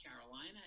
Carolina